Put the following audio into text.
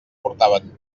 portaven